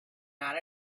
not